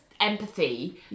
Empathy